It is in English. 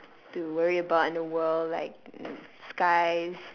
to worry about in the world like skies